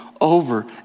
over